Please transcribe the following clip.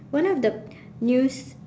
one of the news